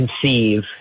conceive